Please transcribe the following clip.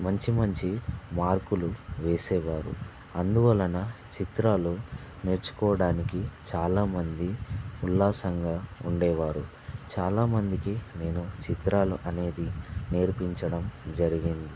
మంచి మంచి మార్కులు వేసేవారు అందువలన చిత్రాలు నేర్చుకోడానికి చాలమంది ఉల్లాసంగా ఉండేవారు చాలామందికి నేను చిత్రాలు అనేది నేర్పించడం జరిగింది